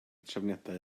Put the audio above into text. trefniadau